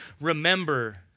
remember